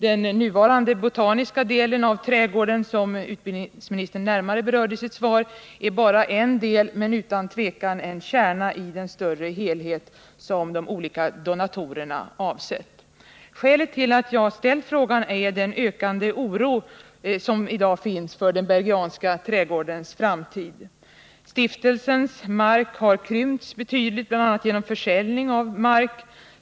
Den botaniska delen av anläggningen, som utbildningsministern närmare berörde i sitt svar, är själva kärnan i den Bergianska trädgården och i den större helhet som de olika donatorerna avsett. Skälet till att jag ställt frågan är den ökande oro som i dag finns för den Bergianska trädgårdens framtid. Bergianska stiftelsens mark har krympts betydligt, bl.a. genom försäljning.